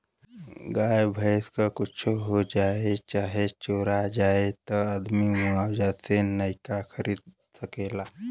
गाय भैंस क कुच्छो हो जाए चाहे चोरा जाए त आदमी मुआवजा से नइका खरीद सकेला